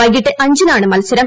വൈകിട്ട് അഞ്ചിനാണ് മത്സരം